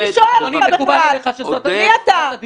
זו השיטה שלכם, לפוצץ את הדיון.